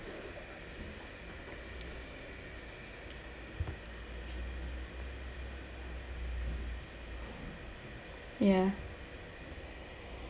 ya